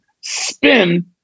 spin